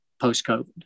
post-COVID